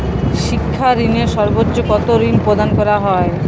শিক্ষা ঋণে সর্বোচ্চ কতো ঋণ প্রদান করা হয়?